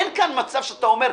אין כאן מצב שאתה אומר,